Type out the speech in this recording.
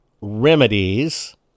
remedies